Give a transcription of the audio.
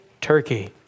Turkey